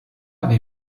avez